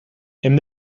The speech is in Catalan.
hem